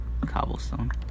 cobblestone